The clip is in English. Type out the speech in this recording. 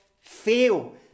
fail